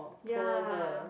ya